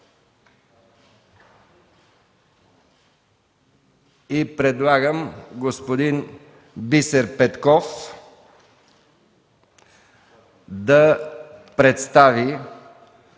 Предлагам господин Бисер Петков да представи